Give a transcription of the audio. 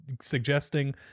suggesting